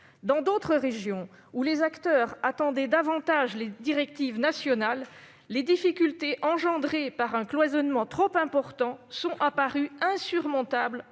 Dans les régions où les acteurs attendaient davantage les directives nationales, les difficultés engendrées par un cloisonnement trop important ont paru insurmontables